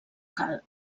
cal